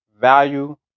Value